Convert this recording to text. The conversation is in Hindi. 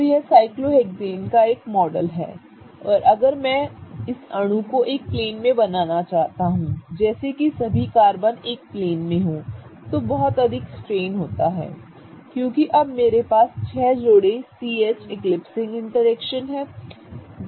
तो यह साइक्लोहेक्सेन का एक मॉडल है और अगर मैं इस अणु को एक प्लेन में बनाना चाहता हूं जैसे कि सभी कार्बन एक प्लेन में हों तो बहुत अधिक स्ट्रेन होता है क्योंकि अब मेरे पास छह जोड़े CH इक्लिप्सिंग इंटरैक्शन हैं